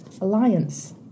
Alliance